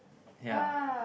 ya